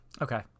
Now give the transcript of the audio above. Okay